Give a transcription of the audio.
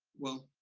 well,